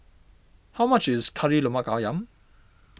how much is Kari Lemak Ayam